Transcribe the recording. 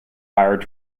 hired